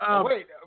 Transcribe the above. Wait